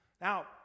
Now